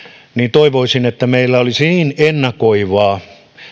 toivoisin että meillä olisi niin ennakoivaa